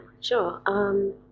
sure